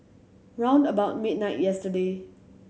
round about midnight yesterday